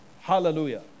Hallelujah